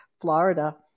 Florida